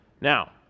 Now